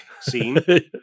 scene